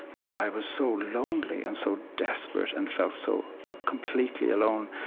and i was so lonely and so desperate and felt so completely alone.